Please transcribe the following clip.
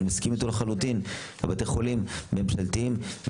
ואני מסכים איתו לחלוטין שזה צריך להיות בבתי חולים ממשלתיים וציבוריים.